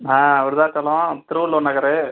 ஆ Virudhachalam Thiruvalluvar நகர்